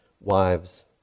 wives